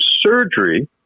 surgery